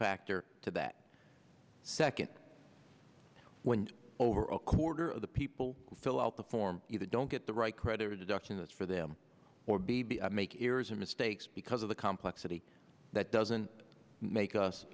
factor to that second wind over a quarter of the people who fill out the form either don't get the right credit or deductions for them or baby i make errors or mistakes because of the complexity that doesn't make us